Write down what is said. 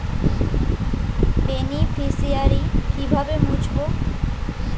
Beneficiary কিভাবে মুছব?